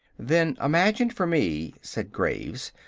then imagine for me, said graves,